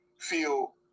feel